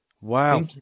Wow